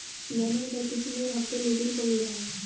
मैंने यह घर पिछले हफ्ते लीजिंग पर लिया है